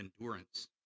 endurance